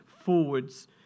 forwards